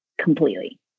completely